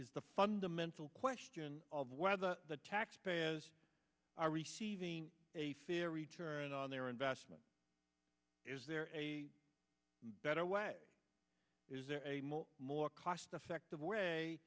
is the fundamental question of whether the taxpayers are receiving a fear a return on their investment is there a better way is there a more cost effective